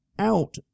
out